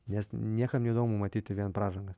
nes niekam įdomu matyti vien pražangas